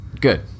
good